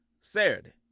Saturday